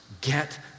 get